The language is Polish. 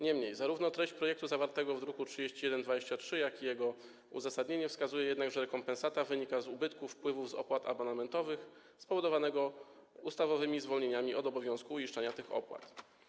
Niemniej jednak zarówno treść projektu zawartego w druku nr 3123, jak i jego uzasadnienie wskazują, że rekompensata wynika z ubytku wpływów z opłat abonamentowych spowodowanego ustawowymi zwolnieniami z obowiązku uiszczania tych opłat.